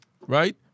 right